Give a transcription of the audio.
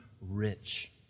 rich